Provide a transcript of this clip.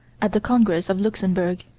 at the congress of luxembourg,